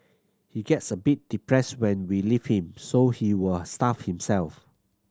he gets a bit depressed when we leave him so he will starve himself